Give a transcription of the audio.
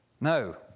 No